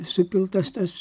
supiltas tas